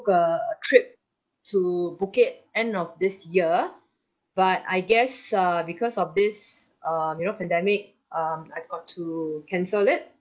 a trip to phuket end of this year but I guess uh because of this um you know pandemic um I've got to cancel it